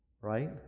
Right